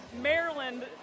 Maryland